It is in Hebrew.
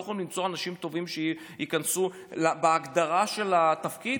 לא יכולים למצוא אנשים טובים שייכנסו בהגדרה של התפקיד,